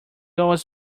always